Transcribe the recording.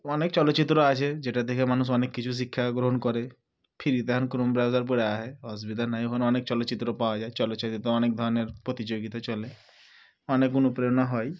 অনেক চলচ্চিত্র আছে যেটা দেখে মানুষ অনেক কিছু শিক্ষা গ্রহণ করে ফ্রিতে এখন কোনো ব্রাউজার বলা হয় অসুবিধা নেই ওখানে অনেক চলচ্চিত্র পাওয়া যায় চলোচাইওতে অনেক ধরনের প্রতিযোগিতা চলে অনেক অনুপ্রেরণা হয়